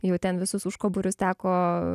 jau ten visus užkoborius teko